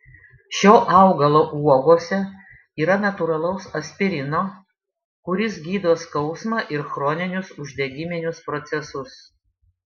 šio augalo uogose yra natūralaus aspirino kuris gydo skausmą ir chroninius uždegiminius procesus